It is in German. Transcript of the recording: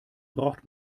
braucht